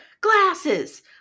glasses